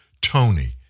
Tony